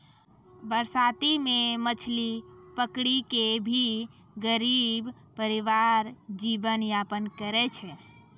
बरसाती मॅ मछली पकड़ी कॅ भी गरीब परिवार जीवन यापन करै छै